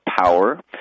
power